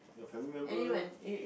your family member